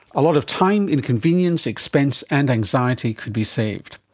a lot of time, inconvenience, expense and anxiety could be saved.